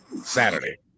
Saturday